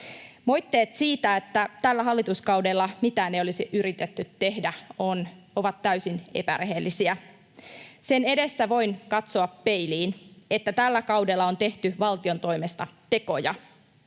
Moitteet siitä, että tällä hallituskaudella mitään ei olisi yritetty tehdä, ovat täysin epärehellisiä. Sen edessä voin katsoa peiliin, että tällä kaudella on tehty valtion toimesta tekoja.